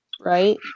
right